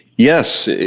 yes,